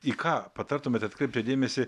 į ką patartumėt atkreipti dėmesį